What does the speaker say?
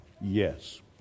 Yes